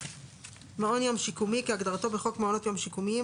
"מעון יום שיקומי" כהגדרתו בחוק מעונות יום שיקומיים,